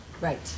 Right